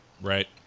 right